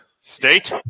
State